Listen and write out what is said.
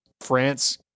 France